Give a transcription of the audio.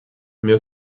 meu